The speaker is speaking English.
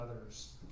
others